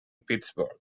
pittsburgh